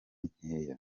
nkeya